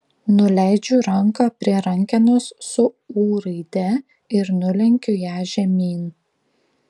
nuleidžiu ranką prie rankenos su ū raide ir nulenkiu ją žemyn